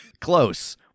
Close